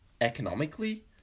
economically